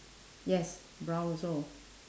yes brown also